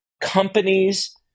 companies